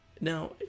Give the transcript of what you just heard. Now